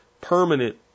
permanent